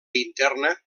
interna